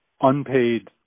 unpaid